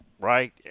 right